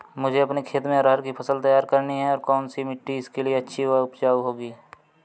मुझे अपने खेत में अरहर की फसल तैयार करनी है और कौन सी मिट्टी इसके लिए अच्छी व उपजाऊ होगी?